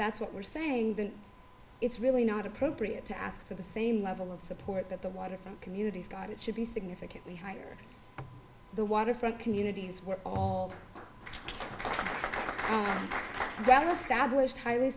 that's what we're saying then it's really not appropriate to ask for the same level of support that the waterfront communities got it should be significantly higher the waterfront communities were all better